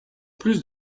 plus